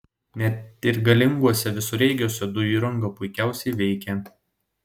net ir galinguose visureigiuose dujų įranga puikiausiai veikia